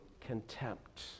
contempt